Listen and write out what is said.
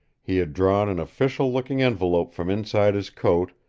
he had drawn an official-looking envelope from inside his coat,